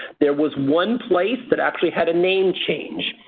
there was one place that actually had a name change.